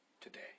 today